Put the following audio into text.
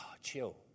Chill